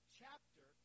chapter